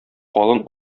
калын